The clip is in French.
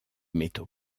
métaux